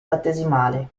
battesimale